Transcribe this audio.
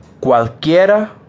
Cualquiera